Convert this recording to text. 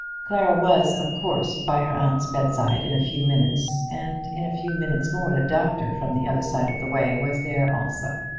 clara was, of course, by her aunt's bedside in a few minutes, and in a few minutes more the doctor from the other side of the way was there also.